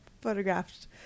photographed